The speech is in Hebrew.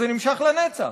וזה נמשך לנצח.